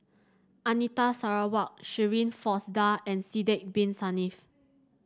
Anita Sarawak Shirin Fozdar and Sidek Bin Saniff